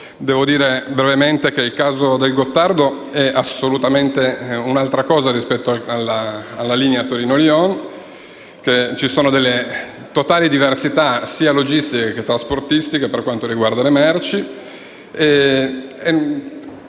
Devo dire però brevemente che il caso del Gottardo è assolutamente un'altra cosa rispetto alla linea Torino-Lione: ci sono totali diversità sia logistiche che trasportistiche per quanto riguarda le merci